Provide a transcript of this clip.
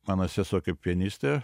mano sesuo kaip pianistė